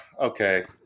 okay